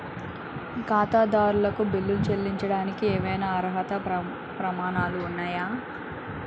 ఖాతాదారులకు బిల్లులు చెల్లించడానికి ఏవైనా అర్హత ప్రమాణాలు ఉన్నాయా?